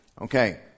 Okay